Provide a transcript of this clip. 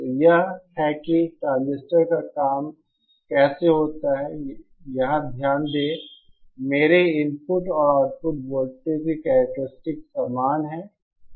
तो यह है कि इस ट्रांजिस्टर का काम कैसे होता है यहां ध्यान दें कि मेरे इनपुट और आउटपुट वोल्टेज की करैक्टेरिस्टिक्स समान हैं